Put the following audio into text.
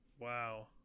Wow